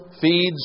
feeds